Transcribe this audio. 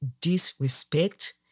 disrespect